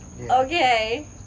Okay